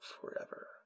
forever